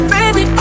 Baby